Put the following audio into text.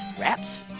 wraps